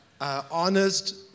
honest